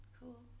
Cool